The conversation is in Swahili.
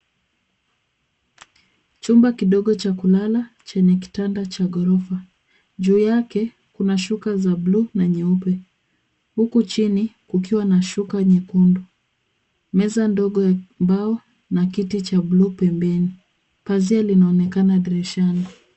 Chumba kidogo cha kulala chenye kitanda cha ghorofa. Juu yake kuna shuka za bluu na nyeupe. Huku chini kukiwa na shuka nyekundu, meza ndogo ya mbao na kiti cha bluu pembeni. Pazia linaonekana dirishani.